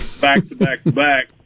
back-to-back-to-back